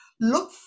look